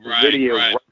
video